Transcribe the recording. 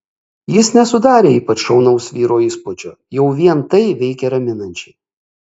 jis nesudarė ypač šaunaus vyro įspūdžio jau vien tai veikė raminančiai